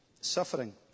suffering